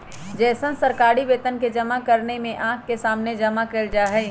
जैसन सरकारी वेतन के जमा करने में आँख के सामने जमा कइल जाहई